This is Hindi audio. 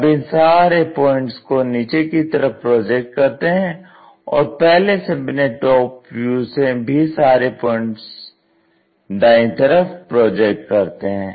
अब इन सारे पॉइंट्स को नीचे की तरफ प्रोजेक्ट करते हैं और पहले से बने टॉप व्यू से भी सारे पॉइंट्स दाएं तरफ प्रोजेक्ट करते हैं